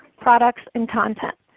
products and content.